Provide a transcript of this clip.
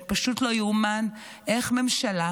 זה פשוט לא ייאמן איך ממשלה,